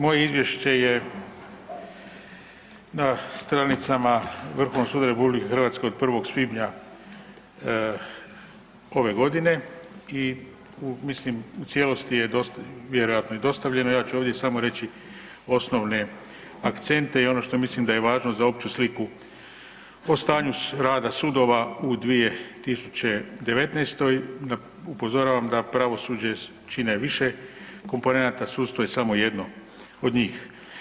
Moje izvješće je na stranicama Vrhovnog suda od 1. svibnja ove godine i u, mislim u cijelosti je vjerojatno i dostavljeno, ja ću ovdje samo reći osnovne akcente i ono što mislim da je važno za opću sliku o stanju rada sudova u 2019., upozoravam da pravosuđe čine više komponenata, sudstvo je samo jedno od njih.